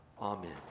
Amen